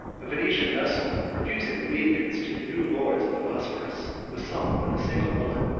a venetian vessel, refusing obedience to the new lords of the bosphorus, was sunk with a single bullet.